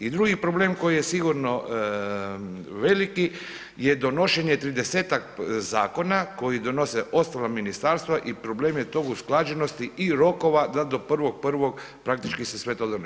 I drugi problem koji je sigurno veliki je donošenje 30-tak zakona koji donose ostala ministarstva i problem je tu usklađenosti i rokova da do 1.1. praktički se sve to donese.